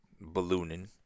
ballooning